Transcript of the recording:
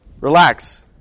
Relax